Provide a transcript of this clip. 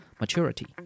maturity